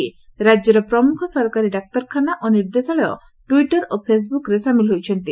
ରାକ୍ୟର ପ୍ରମୁଖ ସରକାରୀ ଡାକ୍ତରଖାନା ଓ ନିର୍ଦ୍ଦେଶାଳୟ ଟିବଟର ଓ ଫେସବୁକ୍ରେ ସାମିଲ ହୋଇଛନ୍ତି